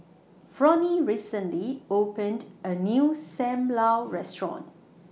Fronie recently opened A New SAM Lau Restaurant